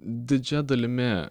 didžia dalimi